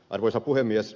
arvoisa puhemies